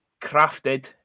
crafted